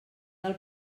del